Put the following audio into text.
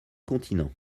continents